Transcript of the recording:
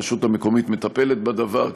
הרשות המקומית מטפלת בדבר,